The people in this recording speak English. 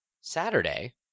Saturday